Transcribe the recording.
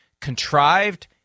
contrived